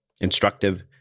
instructive